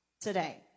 today